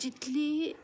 जितली